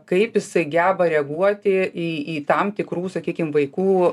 kaip jisai geba reaguoti į į tam tikrų sakykim vaikų